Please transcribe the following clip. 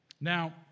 Now